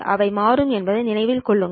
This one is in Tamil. இவை மாறும் என்பதை நினைவில் கொள்ளுங்கள்